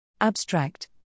Abstract